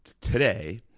today